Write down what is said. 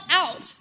out